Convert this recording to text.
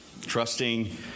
trusting